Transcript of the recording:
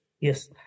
Yes